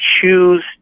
choose